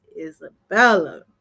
Isabella